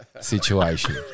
situation